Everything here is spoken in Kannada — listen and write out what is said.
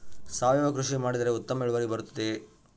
ಸಾವಯುವ ಕೃಷಿ ಮಾಡಿದರೆ ಉತ್ತಮ ಇಳುವರಿ ಬರುತ್ತದೆಯೇ?